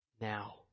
now